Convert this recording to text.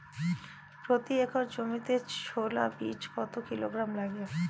প্রতি একর জমিতে ছোলা বীজ কত কিলোগ্রাম লাগে?